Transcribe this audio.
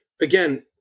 again